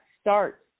start